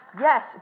Yes